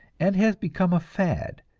and has become a fad,